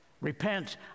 Repent